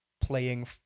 playing